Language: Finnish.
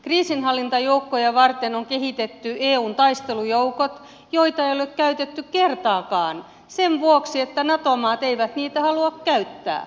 kriisinhallintajoukkoja varten on kehitetty eun taistelujoukot joita ei ole käytetty kertaakaan sen vuoksi että nato maat eivät niitä halua käyttää